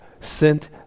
sent